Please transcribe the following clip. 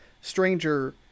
Stranger